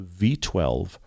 V12